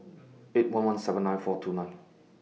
eight one one seven nine four two nine